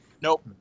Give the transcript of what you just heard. Nope